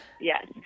Yes